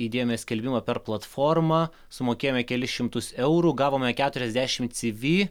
įdėjome skelbimą per platformą sumokėjome kelis šimtus eurų gavome keturiasdešimt cv